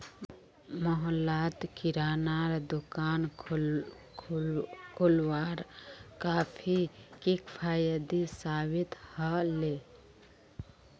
मोहल्लात किरानार दुकान खोलवार काफी किफ़ायती साबित ह ले